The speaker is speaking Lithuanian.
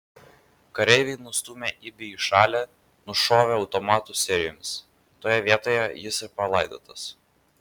kareiviai nustūmę ibį į šalį nušovė automatų serijomis toje vietoje jis ir palaidotas